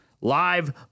Live